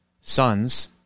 sons